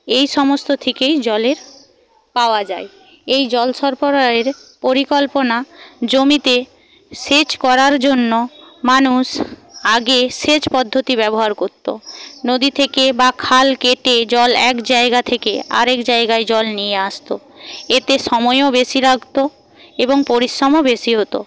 এই সমস্ত থেকেই জলের পাওয়া যায় এই জল সরবরাহের পরিকল্পনা জমিতে সেচ করার জন্য মানুষ আগে সেচ পদ্ধতি ব্যবহার করতো নদী থেকে বা খাল কেটে জল এক জায়গা থেকে আর এক জায়গায় জল নিয়ে আসতো এতে সময়ও বেশি লাগতো এবং পরিশ্রমও বেশি হতো